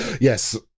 Yes